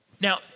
Now